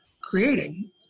creating